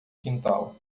quintal